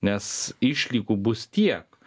nes išlygų bus tiek